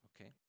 Okay